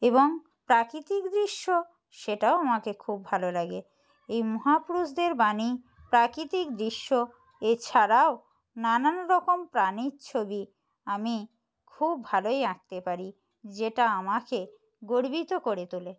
এবং প্রাকৃতিক দৃশ্য সেটাও আমাকে খুব ভালো লাগে এই মহাপুরুষদের বাণী প্রাকৃতিক দৃশ্য এছাড়াও নানান রকম প্রাণীর ছবি আমি খুব ভালোই আঁকতে পারি যেটা আমাকে গর্বিত করে তোলে